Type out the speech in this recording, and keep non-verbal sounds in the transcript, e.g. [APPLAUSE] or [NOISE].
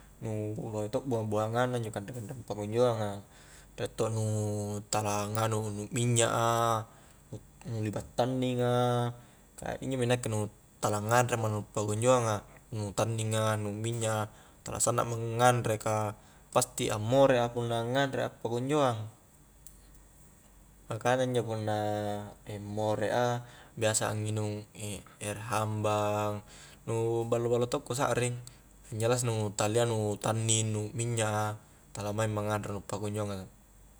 Nu lohe to' bua-buangang na injo kanre-kanreang pakunjoanga, riek to' nu tala nganu nu' minnya a nu-nu liba' tanning a ka injo mi nakke nu tala nganre mo nu pakunjoanga nu tanninga nu minnya a tala sanna ma nganre ka pasti ammore a punna nganre a pakunjoang makana injo punna [HESITATION] mmore a biasa a nginung [HESITATION] ere hambang, nu ballo-ballo to' kusakring yang jelas nu talia nu tanning, nu minnya a, tala maing ma nganre nu pakunjoanga